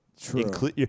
true